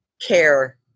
care